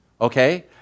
okay